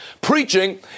Preaching